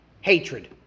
hatred